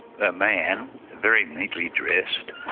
a man, very neatly dressed,